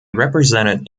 represented